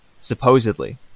supposedly